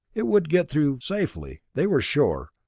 it would get through safely, they were sure,